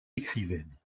écrivaine